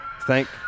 Thank